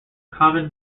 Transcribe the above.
common